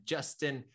Justin